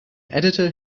editor